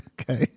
Okay